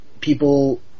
people